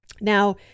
now